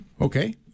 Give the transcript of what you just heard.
Okay